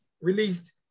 released